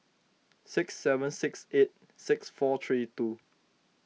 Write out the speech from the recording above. six seven six eight six four three two